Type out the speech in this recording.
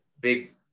big